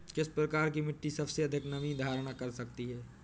किस प्रकार की मिट्टी सबसे अधिक नमी धारण कर सकती है?